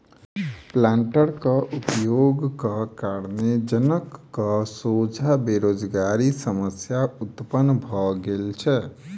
प्लांटरक उपयोगक कारणेँ जनक सोझा बेरोजगारीक समस्या उत्पन्न भ गेल छै